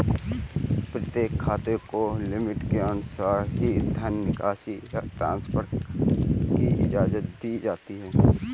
प्रत्येक खाते को लिमिट के अनुसार ही धन निकासी या ट्रांसफर की इजाजत दी जाती है